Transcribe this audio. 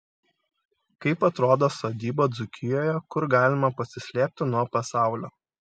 kaip atrodo sodyba dzūkijoje kur galima pasislėpti nuo pasaulio